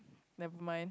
never mind